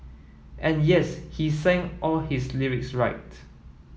and yes he sang all his lyrics right